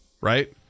right